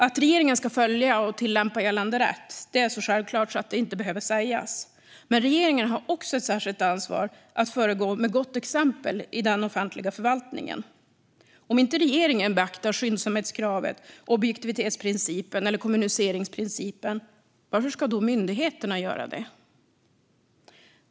Att regeringen ska följa och tillämpa gällande rätt är så självklart att det inte behöver sägas. Men regeringen har också ett särskilt ansvar att föregå med gott exempel i den offentliga förvaltningen. Om inte regeringen beaktar skyndsamhetskravet, objektivitetsprincipen eller kommuniceringsprincipen, varför ska då myndigheterna göra det?